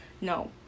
No